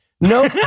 No